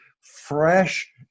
fresh